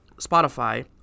Spotify